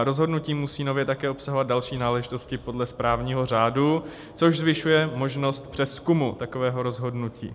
Rozhodnutí musí nově také obsahovat další náležitosti podle správního řádu, což zvyšuje možnost přezkumu takového rozhodnutí.